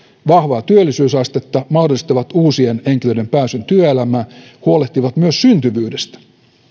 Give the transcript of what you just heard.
vahvaa työllisyysastetta mahdollistavat uusien henkilöiden pääsyn työelämään ja huolehtivat myös syntyvyydestä